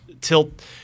tilt